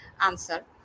answer